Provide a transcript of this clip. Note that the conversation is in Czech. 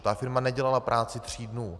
Ta firma nedělala práci tří dnů.